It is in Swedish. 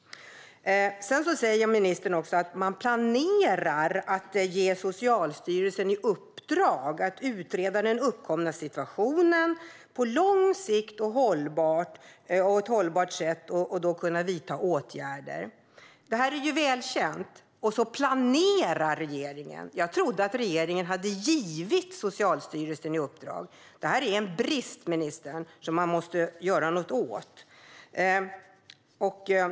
Ministern säger också att man planerar att ge Socialstyrelsen i uppdrag att utreda den uppkomna situationen på lång sikt och på ett hållbart sätt och då kunna vidta åtgärder. Det här är välkänt - och så planerar regeringen. Jag trodde att regeringen redan hade givit Socialstyrelsen i uppdrag att utreda detta. Det här är en brist, ministern, som man måste göra något åt.